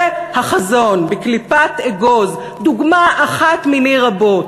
זה החזון, בקליפת אגוז, דוגמה אחת מני רבות.